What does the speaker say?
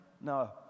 No